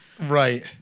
Right